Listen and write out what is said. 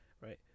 right